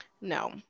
no